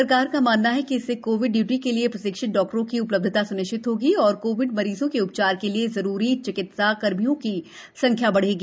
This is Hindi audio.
सरकार का मानना है कि इससे कोविड इय्टी के लिए प्रशिक्षित डॉक्टरों की उ लब्धता स्निश्चित होगी और कोविड मरीजों के उ चार के लिए जरूरी चिकितसा कर्मियों की संख्या बढ़ेगी